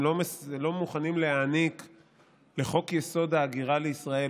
לא מוכנים להעניק לחוק-יסוד: ההגירה לישראל,